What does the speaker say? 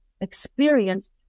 experience